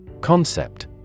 Concept